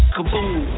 Kaboom